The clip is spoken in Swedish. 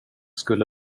skulle